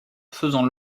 faisant